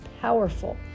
powerful